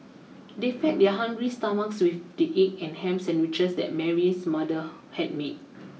they fed their hungry stomachs with the egg and ham sandwiches that Mary's mother had made